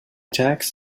tax